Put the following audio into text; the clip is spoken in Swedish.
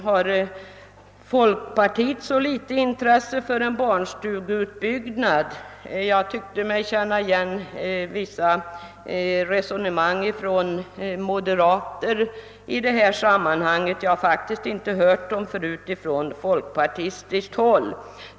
Har folkpartiet så ringa intresse för en barnstugeutbyggnad? Jag tyckte mig känna igen vissa resonemang från moderata samlingspartiet i det här sammanhanget. Jag har faktiskt inte hört dem förut från folkpartihåll.